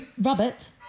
Robert